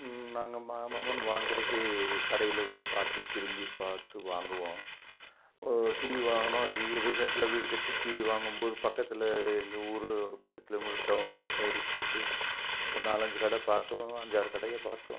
நாங்கள் வாங்கிறது கடையில் இருக்கிறதுலாம் பார்த்து திரும்பி பார்த்து வாங்குவோம் ஒரு டிவி வாங்கினோம் ரீசண்ட்டில் வீடு கட்டி டிவி வாங்கும் போது பக்கத்தில் எங்கள் ஊர் ஒரு பத்து கிலோ மீட்ரு டவுனு கிருஷ்ணகிரி போயிட்டு ஒரு நாலஞ்சி கடை பார்த்தோம் அஞ்சாறு கடையை பார்த்தோம்